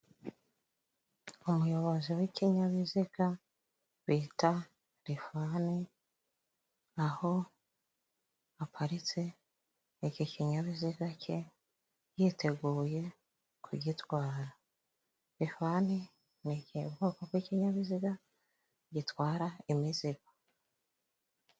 Umuyobozi w'ikinyabiziga bita Rifani aho aparitse iki kinyabiziga cye yiteguye kugitwara, Rifani ni igihe ubwoko bw'ikinyabiziga gitwara imizigo.